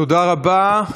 תודה רבה.